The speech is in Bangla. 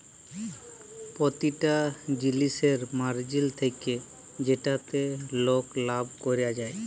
পতিটা জিলিসের মার্জিল থ্যাকে যেটতে লক লাভ ক্যরে যায়